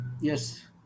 Yes